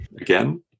Again